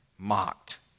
Mocked